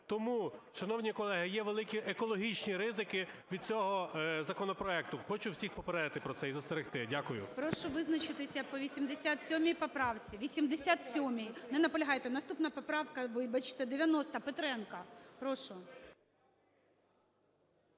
Тому, шановні колеги, є великі екологічні ризики від цього законопроекту, хочу всіх попередити про це і застерегти. Дякую. ГОЛОВУЮЧИЙ. Прошу визначитися по 87 поправці, 87-й. Не наполягаєте. Наступна поправка, вибачте, 90 Петренка. Прошу.